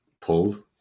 pulled